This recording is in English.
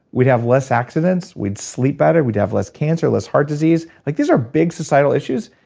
we'd have less accidents, we'd sleep better, we'd have less cancer, less heart disease. like these are big societal issues.